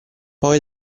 poi